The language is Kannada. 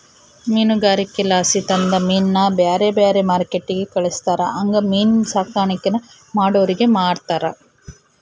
ಮೀನುಗಾರಿಕೆಲಾಸಿ ತಂದ ಮೀನ್ನ ಬ್ಯಾರೆ ಬ್ಯಾರೆ ಮಾರ್ಕೆಟ್ಟಿಗೆ ಕಳಿಸ್ತಾರ ಹಂಗೆ ಮೀನಿನ್ ಸಾಕಾಣಿಕೇನ ಮಾಡೋರಿಗೆ ಮಾರ್ತಾರ